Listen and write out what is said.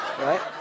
Right